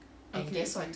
okay